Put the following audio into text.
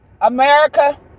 America